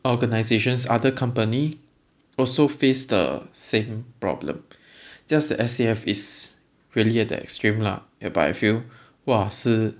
organizations other company also face the same problem just the S_A_F is really at the extreme lah ya but I feel !whoa! 是